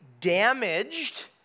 damaged